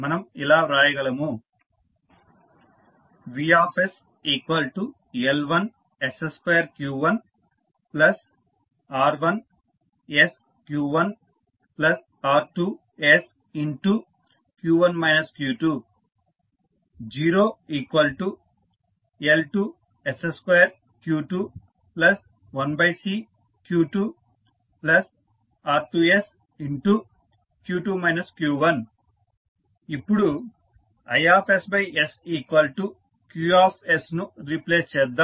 మనం ఇలా వ్రాయగలము VsL1s2q1R1sq1R2sq1 q2 0 L2s2q21Cq2R2sq2 q1 ఇప్పుడు I s Q ను రీప్లేస్ చేద్దాం